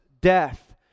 death